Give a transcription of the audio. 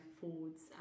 foods